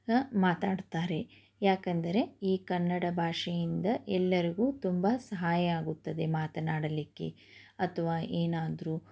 ಮಾತಾಡ್ತಾರೆ ಯಾಕೆಂದರೆ ಈ ಕನ್ನಡ ಭಾಷೆಯಿಂದ ಎಲ್ಲರಿಗೂ ತುಂಬ ಸಹಾಯ ಆಗುತ್ತದೆ ಮಾತನಾಡಲಿಕ್ಕೆ ಅಥವಾ ಏನಾದರೂ